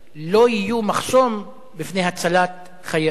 לא יהיו מחסום בפני הצלת חיי אדם.